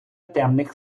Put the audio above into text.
темних